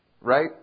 Right